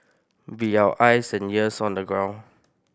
be our eyes and ears on the ground